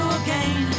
again